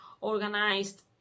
organized